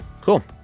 Cool